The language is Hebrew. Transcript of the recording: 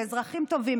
לאזרחים טובים,